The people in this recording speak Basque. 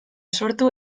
sortu